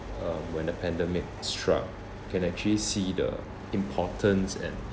um when the pandemic struck can actually see the importance and